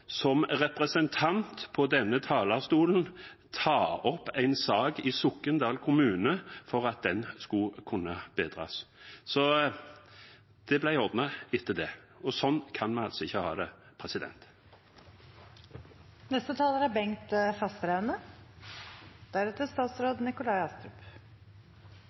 som representant på denne talerstolen ta opp en sak i Sokndal kommune for at den skulle kunne ordnes. Det ble ordnet etter det. Sånn kan vi altså ikke ha det.